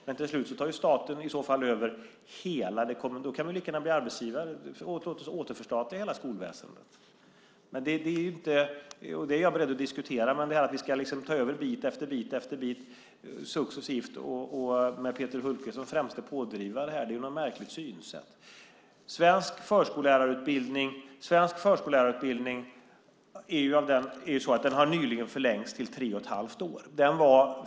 Men i så fall tar staten till slut över hela det kommunala ansvaret. Låt oss då återförstatliga hela skolväsendet, och det är jag beredd att diskutera. Men detta att vi successivt ska ta över bit efter bit med Peter Hultqvist som främste pådrivare är ett märkligt synsätt. Svensk förskollärarutbildning har nyligen förlängts till tre och ett halvt år.